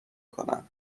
کنن